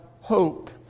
hope